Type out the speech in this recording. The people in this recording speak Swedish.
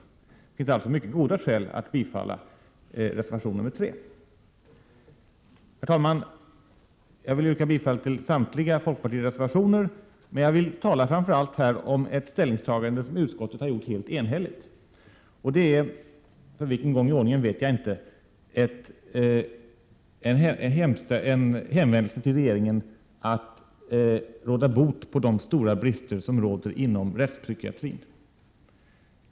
Det finns alltså mycket goda skäl att bifalla reservation nr 3. Herr talman! Jag yrkar bifall till samtliga folkpartireservationer. Men jag vill framför allt tala om ett ställningstagande som utskottet har gjort helt enhälligt. Det är — för vilken gång i ordningen vet jag inte — fråga om en hemställan till regeringen att råda bot på de stora brister som finns inom rättspsykiatrin.